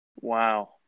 Wow